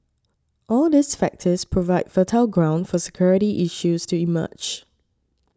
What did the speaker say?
all these factors provide fertile ground for security issues to emerge